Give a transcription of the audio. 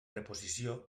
reposició